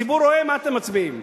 הציבור רואה מה אתם מצביעים.